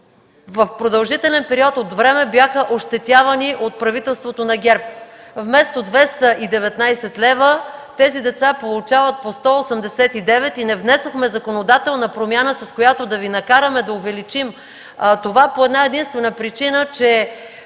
в продължителен период от време бяха ощетявани от правителството на ГЕРБ – вместо 219 лв. тези деца получават по 189, и не внесохме законодателна промяна, с която да Ви накараме да увеличим това по единствена причина, че